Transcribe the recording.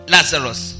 Lazarus